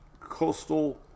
coastal